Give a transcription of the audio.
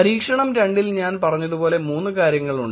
പരീക്ഷണം 2 ൽ ഞാൻ പറഞ്ഞതുപോലെ 3 കാര്യങ്ങൾ ഉണ്ട്